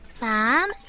Mom